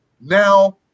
now